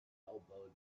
elbowed